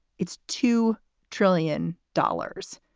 it's two trillion dollars.